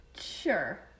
Sure